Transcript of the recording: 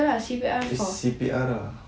betul ah C_P_R